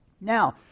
Now